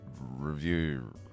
Review